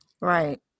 Right